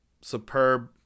superb